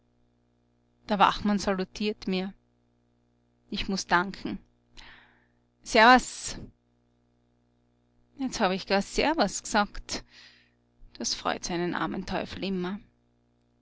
der wachmann salutiert mir ich muß danken servus jetzt hab ich gar servus gesagt das freut so einen armen teufel immer